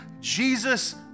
Jesus